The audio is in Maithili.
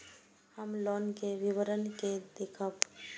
हम लोन के विवरण के देखब?